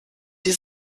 die